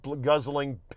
guzzling